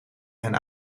hen